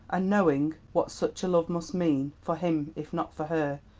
and knowing what such a love must mean, for him if not for her,